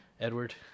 Edward